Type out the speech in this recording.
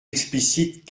explicite